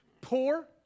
poor